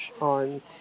on